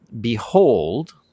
behold